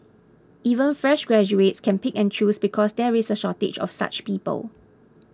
even fresh graduates can pick and choose because there is a shortage of such people